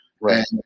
right